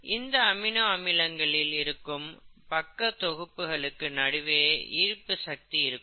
இங்க அமினோ அமிலங்களில் இருக்கும் பக்க தொகுப்புகளுக்கு நடுவே ஈர்ப்பு சக்தி இருக்கும்